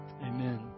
Amen